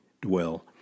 dwell